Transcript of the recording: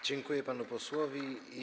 Dziękuję panu posłowi.